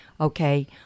Okay